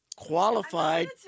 Qualified